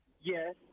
Yes